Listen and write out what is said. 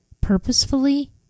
purposefully